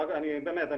באמת,